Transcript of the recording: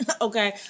Okay